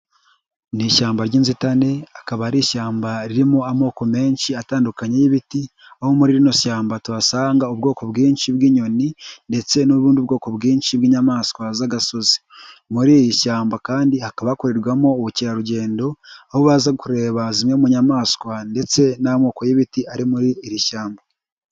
Ni ishyamba ry'inzitane, akaba ari ishyamba ririmo amoko menshi atandukanye y'ibiti, aho muri rino shyamba tuhasanga ubwoko bwinshi bw'inyoni ndetse n'ubundi bwoko bwinshi bw'inyamaswa z'agasozi, muri iri shyamba kandi hakaba hakorerwamo ubukerarugendo, aho baza kureba zimwe mu nyamaswa ndetse n'amoko y'ibiti ari muri iri shyamba.